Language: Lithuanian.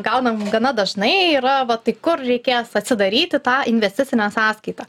gaunam gana dažnai yra va tai kur reikės atsidaryti tą investicinę sąskaitą